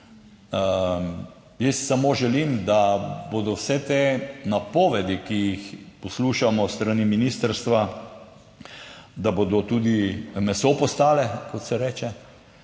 Jaz samo želim, da bodo vse te napovedi, ki jih poslušamo s strani ministrstva, da bodo tudi meso postale, kot se reče.